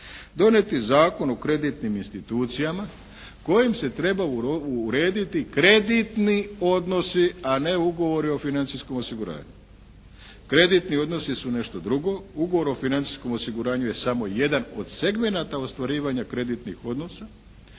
donijeti Zakon o kreditnim institucijama kojim se treba urediti kreditni odnosi, a ne ugovori o financijskom osiguranju. Kreditni odnosi su nešto drugo. Ugovor o financijskom osiguranju je samo jedan od segmenata ostvarivanja kreditnih odnosa